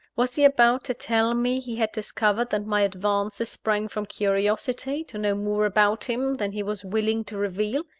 was he about to tell me he had discovered that my advances sprang from curiosity to know more about him than he was willing to reveal?